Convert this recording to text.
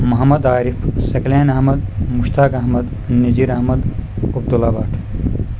Mohammad Arif Saqlain Ahmad Mushtaq Ahmad Nazir Ahmad Abdullah but